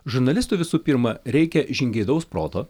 žurnalistui visų pirma reikia žingeidaus proto